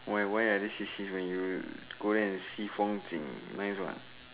where why are they sissy when you go and see 风景:Feng Jing nice what